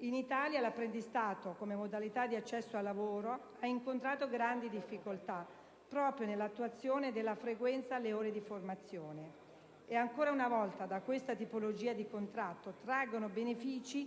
In Italia l'apprendistato, come modalità di accesso al lavoro, ha incontrato grandi difficoltà proprio nell'attuazione della frequenza alle ore di formazione. E, ancora una volta, di questa tipologia di contratto traggono beneficio